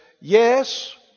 yes